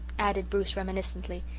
added bruce reminiscently,